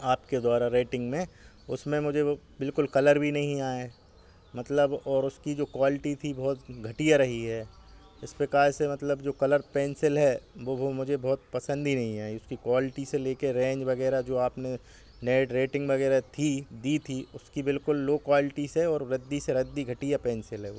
आपके द्वारा रेटिंग में उसमें मुझे वह बिल्कुल कलर भी नहीं आए मतलब और उसकी जो क्वाल्टी थी बहुत घटिया रही है इस प्रकार से मतलब जो कलर पेंसिल है वह वह मुझे बहुत पसंद ही नहीं आई उसकी क्वाल्टी से लेकर रेंज वग़ैरह जो आपने नेट रेटिंग वग़ैरह थी दी थी उसकी बिल्कुल लो क्वाल्टीस हैं और रद्दी से रद्दी घटिया पेंसिल है वह